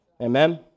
Amen